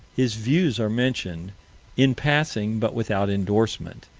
his views are mentioned in passing, but without endorsement,